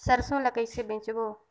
सरसो ला कइसे बेचबो?